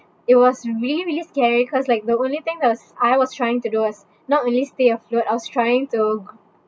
it was really really scary cause like the only thing that I was I was trying to do was not only stay afloat I was trying to